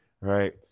right